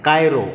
Cairo